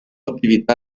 attività